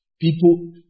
people